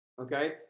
Okay